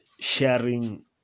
sharing